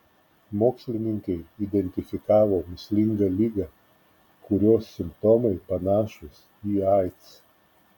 mokslininkai identifikavo mįslingą ligą kurios simptomai panašūs į aids